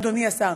אדוני השר,